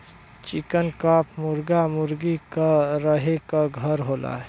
चिकन coop मुरगा मुरगी क रहे क घर होला